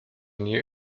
new